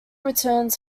returns